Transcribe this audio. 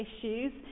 issues